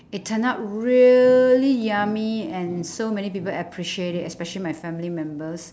it turn out really yummy and so many people appreciate it especially my family members